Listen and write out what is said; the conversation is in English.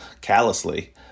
callously